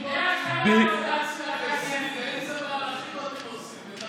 איזה מהלכים אתם עושים?